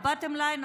ה-bottom line,